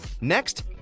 Next